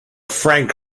frank